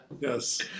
Yes